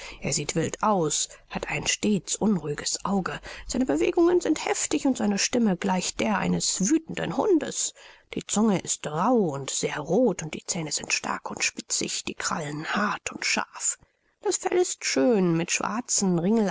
er sieht wild aus hat ein stets unruhiges auge seine bewegungen sind heftig und seine stimme gleicht der eines wüthenden hundes die zunge ist rauh und sehr roth die zähne sind stark und spitzig die krallen hart und scharf das fell ist schön mit schwarzen